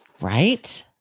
Right